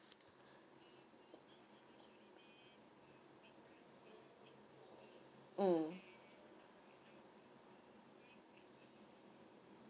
mm